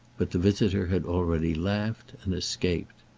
but the visitor had already laughed and escaped.